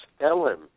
Ellen